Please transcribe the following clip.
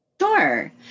Sure